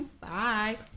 bye